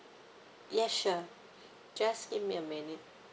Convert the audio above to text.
yes sure just give me a minute